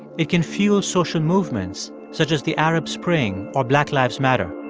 it can fuel social movements, such as the arab spring or black lives matter.